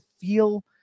feel